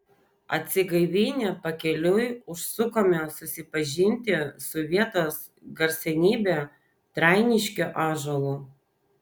atsigaivinę pakeliui užsukome susipažinti su vietos garsenybe trainiškio ąžuolu